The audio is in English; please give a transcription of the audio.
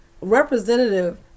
representative